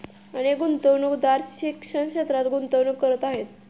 अनेक गुंतवणूकदार शिक्षण क्षेत्रात गुंतवणूक करत आहेत